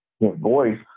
voice